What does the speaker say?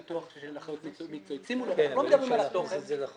שוב לומר שמבחינת ניהול גופים